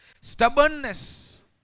stubbornness